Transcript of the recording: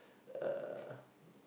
uh